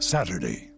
Saturday